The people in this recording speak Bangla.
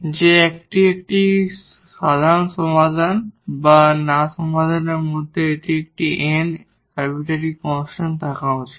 যে এটি একটি সাধারণ সমাধান বা n আরবিটারি কনস্ট্যান্ট থাকা উচিত